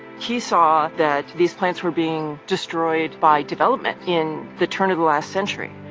he saw that these plants were being destroyed by development in the turn of the last century,